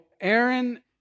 Aaron